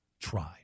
tried